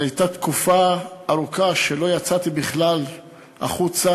זו הייתה תקופה ארוכה שבה לא יצאתי בכלל החוצה,